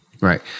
Right